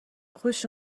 خوش